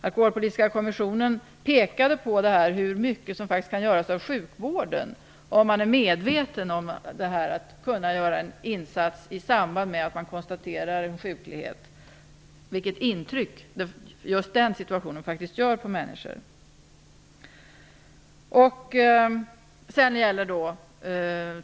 Alkoholpolitiska kommissionen pekade på hur mycket som faktiskt kan göras inom sjukvården om man är medveten om att kunna göra en insats i samband med att man konstaterar en sjuklighet, medveten om vilket intryck just den situationen gör på människor.